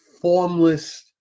formless